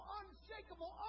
unshakable